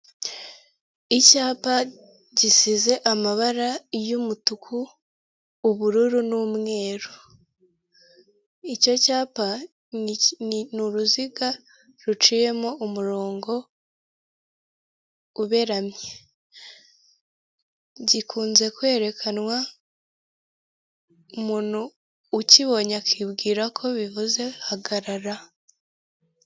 Icyapa gisize amabara y'umutuku ubururu n'umweru icyo cyapa n'uruziga ruciyemo umurongo uberamye gikunze kwerekanwa umuntu ukibonye akibwira ko bivuze hagarara.